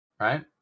Right